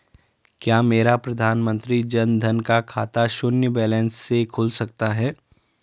क्या मेरा प्रधानमंत्री जन धन का खाता शून्य बैलेंस से खुल सकता है?